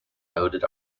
noted